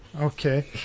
okay